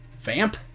Vamp